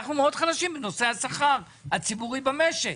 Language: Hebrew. אנחנו מאוד חלשים בנושא השכר הציבורי במשק.